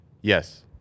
yes